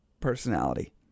personality